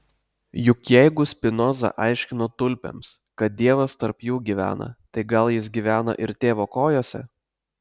juk jeigu spinoza aiškino tulpėms kad dievas tarp jų gyvena tai gal jis gyvena ir tėvo kojose